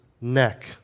neck